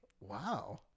Wow